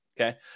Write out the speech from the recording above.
Okay